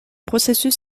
processus